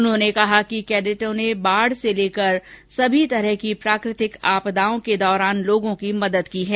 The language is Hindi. उन्होंने कहा कि कैडेटों ने बाढ से लेकर सभी प्रकार की प्राकतिक आपदाओं के दौरान लोगों की मदद की है